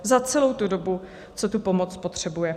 Za celou tu dobu, co tu pomoc potřebuje.